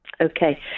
Okay